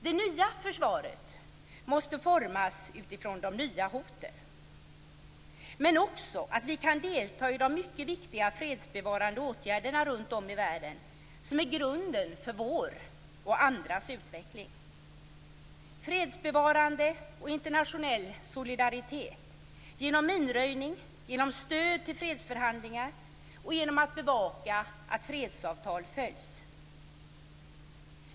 Det nya försvaret måste utformas utifrån de nya hoten, men vi kan också delta i de mycket viktiga fredsbevarande åtgärder runtom i världen som är grunden för vår och andras utveckling, som fredsbevarande internationell solidaritet genom minröjning, stöd till fredsförhandlingar och bevakning av att fredsavtal följs.